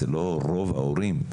זה לא רוב ההורים.